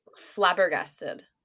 flabbergasted